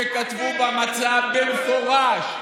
שכתבו במצע במפורש,